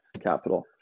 Capital